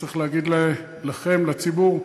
צריך להגיד לכם, לציבור: